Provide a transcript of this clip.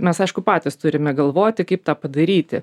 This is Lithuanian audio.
mes aišku patys turime galvoti kaip tą padaryti